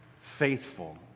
faithful